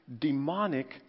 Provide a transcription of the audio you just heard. demonic